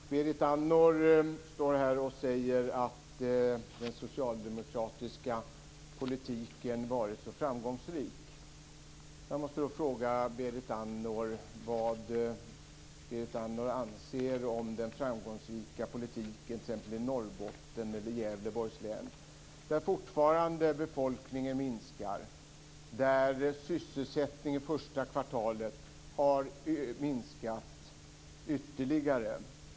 Fru talman! Berit Andnor står här och säger att den socialdemokratiska politiken har varit så framgångsrik. Jag måste då fråga Berit Andnor vad hon anser om politiken t.ex. i Norrbotten eller Gävleborgs län, där befolkningen fortfarande minskar och där sysselsättningen under det första kvartalet har minskat ytterligare.